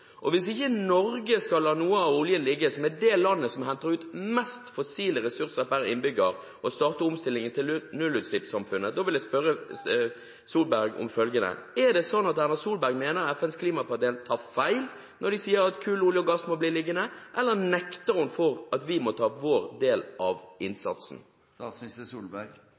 Hvis ikke Norge, som er det landet som henter ut mest fossile ressurser per innbygger, skal la noe av oljen ligge og starte omstillingen til nullutslippssamfunnet, vil jeg spørre Solberg: Er det sånn at Erna Solberg mener at FNs klimapanel tar feil når de sier at kull, olje og gass må bli liggende, eller nekter hun for at vi må ta vår del av innsatsen?